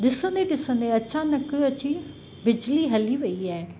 ॾिसंदे ॾिसंदे अचानक अची बिजली हली वयी आहे